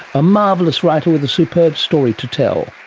a marvellous writer with a superb story to tell.